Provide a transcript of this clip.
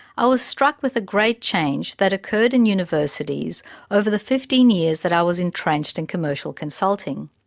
i was struck with a great change that occurred in universities over the fifteen years that i was entrenched in commercial consulting.